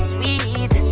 Sweet